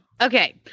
Okay